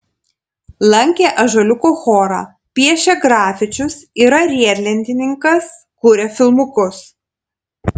lankė ąžuoliuko chorą piešia grafičius yra riedlentininkas kuria filmukus